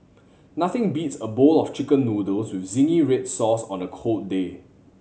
nothing beats a bowl of Chicken Noodles with zingy red sauce on a cold day